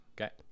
Okay